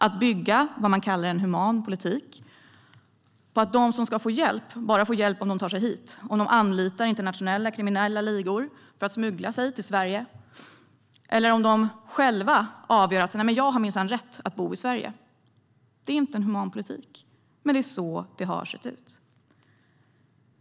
Att de som ska få hjälp bara får det om de tar sig hit, anlitar internationella kriminella ligor för att smuggla sig till Sverige eller själva avgör att de minsann har rätt att bo i Sverige är inte en human politik. Men det är så det har sett ut.